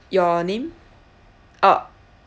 your name uh